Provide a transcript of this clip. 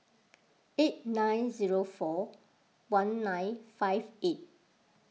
eight nine zero four one nine five eight